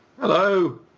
Hello